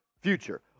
future